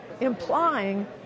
implying